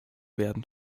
werden